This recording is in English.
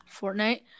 Fortnite